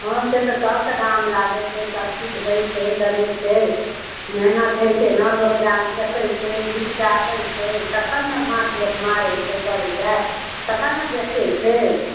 हँ से तऽ सबके दाम लागै छै सबचीज होइ छै करै छै मेहनति होइ छै एना लोक जाल फेकै छै घिचिके आने छै तखन ने माछ लोक मारै छै करै छै तखन ने बेचै छै